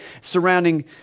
surrounding